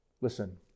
Listen